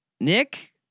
Nick